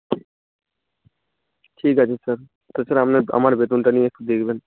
ঠিক আছে স্যার তাছাড়া আমার আমার বেতনটা নিয়ে একটু দেখবেন